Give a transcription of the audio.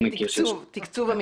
אם